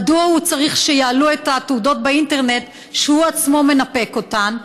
מדוע הוא צריך שיעלו את התעודות לאינטרנט כשהוא עצמו מנפק אותן?